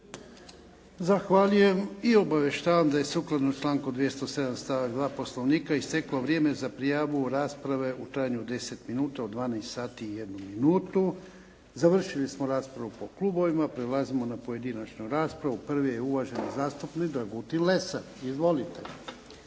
Zahvaljujem. I obavještavam da je sukladno članku 207. stavak 2. Poslovnika isteklo vrijeme za prijavu rasprave u trajanju od 10 minuta u 12 sati i 1 minutu. Završili smo raspravu po klubovima. Prelazimo na pojedinačnu raspravu. Prvi je uvaženi zastupnik Dragutin Lesar. Izvolite.